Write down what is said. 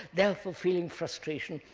therefore feeling frustration,